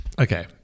Okay